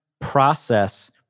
process